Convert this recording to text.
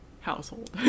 household